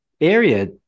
area